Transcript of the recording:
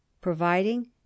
providing